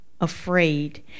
afraid